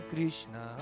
Krishna